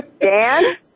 Dan